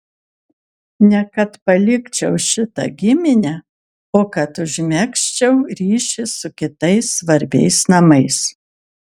ne kad palikčiau šitą giminę o kad užmegzčiau ryšį su kitais svarbiais namais